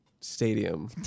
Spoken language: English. stadium